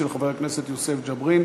של חבר הכנסת יוסף ג'בארין,